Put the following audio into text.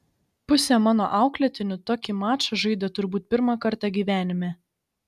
pusė mano auklėtinių tokį mačą žaidė turbūt pirmą kartą gyvenime